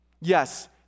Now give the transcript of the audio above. Yes